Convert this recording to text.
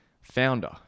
founder